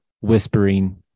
whispering